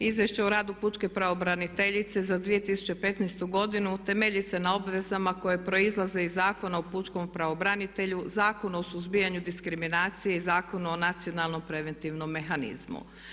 Izvješće o radu pučke pravobraniteljice za 2015.godinu temelji se na obvezama koje proizlaze iz Zakona o pučkom pravobranitelju, Zakonu o suzbijanju diskriminacije i Zakonu o nacionalom preventivnom mehanizmu.